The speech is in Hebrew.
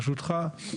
ברשותך,